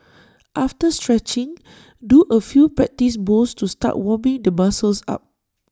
after stretching do A few practice bowls to start warming the muscles up